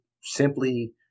simply